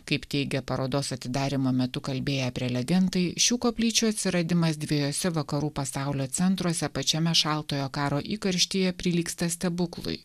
kaip teigia parodos atidarymo metu kalbėję prelegentai šių koplyčių atsiradimas dviejuose vakarų pasaulio centruose pačiame šaltojo karo įkarštyje prilygsta stebuklui